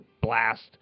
blast